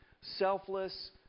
selfless